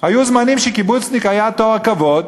היו זמנים ש"קיבוצניק" היה תואר כבוד,